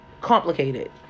complicated